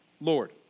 Lord